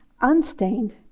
unstained